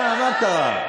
מה קרה?